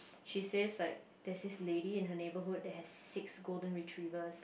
she says like there's this lady her neighbourhood that has six golden retrievers